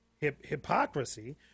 hypocrisy